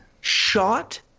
shot